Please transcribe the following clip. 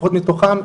לפחות מתוכן,